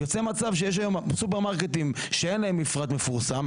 יוצא מצב שיש היום סופרמרקטים שאין להם מפרט מפורסם,